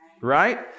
Right